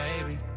Baby